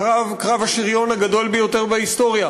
קרב השריון הגדול ביותר בהיסטוריה,